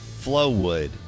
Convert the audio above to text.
Flowwood